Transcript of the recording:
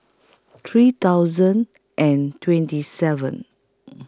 three thousand and twenty seven